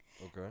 Okay